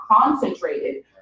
concentrated